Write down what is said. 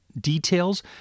details